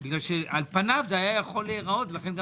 כי על פניו זה יכול להיראות לכן גם